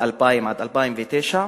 מ-2000 עד 2009,